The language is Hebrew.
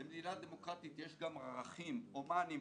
למדינה דמוקרטית יש גם ערכים הומניים,